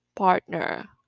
partner